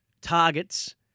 targets